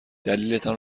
دلیلتان